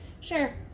Sure